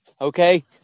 okay